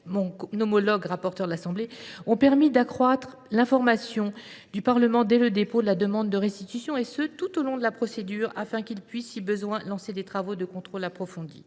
mon homologue rapporteur de l’Assemblée nationale ont permis d’accroître l’information du Parlement dès le dépôt de la demande de restitution, et ce tout au long de la procédure, afin qu’il puisse, si besoin, lancer des travaux de contrôle approfondis.